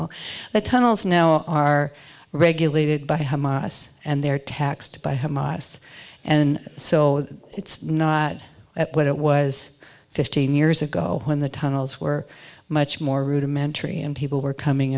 all the tunnels now are regulated by hamas and they're taxed by hamas and so it's not at what it was fifteen years ago when the tunnels were much more rudimentary and people were coming